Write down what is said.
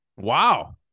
wow